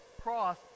cross